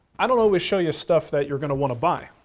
i don't always show you stuff that you're going to want to buy,